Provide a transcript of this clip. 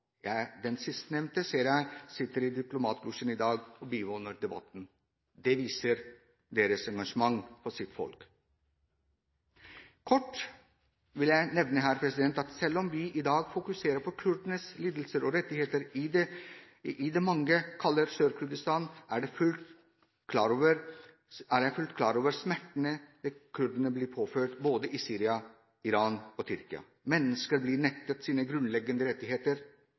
ser at sistnevnte sitter i diplomatlosjen i dag og bivåner debatten. Det viser deres engasjement for sitt folk. Jeg vil kort nevne at selv om vi i dag fokuserer på kurdernes lidelser og rettigheter i et område mange kaller Sør-Kurdistan, er jeg fullt klar over smertene kurderne påføres i både Syria, Iran og Tyrkia. Mennesker blir nektet sine grunnleggende rettigheter,